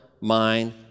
mind